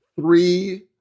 three